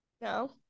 No